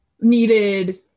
needed